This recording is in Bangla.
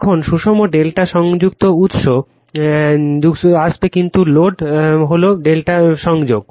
এখন সুষম ∆ সংযোগটি উৎস এ আসবে কিন্তু লোড হল ∆ সংযোগ